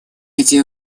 эти